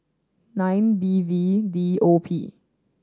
nine V V V O P